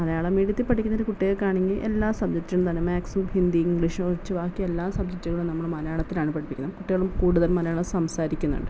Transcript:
മലയാളം മീഡിയത്തിൽ പഠിക്കുന്നൊരു കുട്ടികൾക്കാണെങ്കിൽ എല്ലാ സബ്ജക്റ്റും എന്താണ് മാക്സും ഹിന്ദിം ഇംഗീഷു ഒഴിച്ച് ബാക്കിയെല്ലാം സബ്ജക്റ്റുകളും നമ്മൾ മലയാളത്തിലാണ് പഠിപ്പിക്കുന്നത് കുട്ടികൾ കൂടുതലും മലയാളം സംസാരിക്കുന്നുണ്ട്